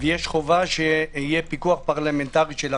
יש חובה שיהיה פיקוח פרלמנטרי של הכנסת.